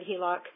HELOC